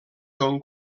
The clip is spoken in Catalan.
són